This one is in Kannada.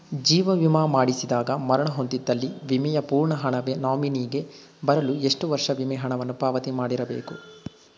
ಜೀವ ವಿಮಾ ಮಾಡಿಸಿದಾಗ ಮರಣ ಹೊಂದಿದ್ದಲ್ಲಿ ವಿಮೆಯ ಪೂರ್ಣ ಹಣ ನಾಮಿನಿಗೆ ಬರಲು ಎಷ್ಟು ವರ್ಷ ವಿಮೆ ಹಣವನ್ನು ಪಾವತಿ ಮಾಡಿರಬೇಕು?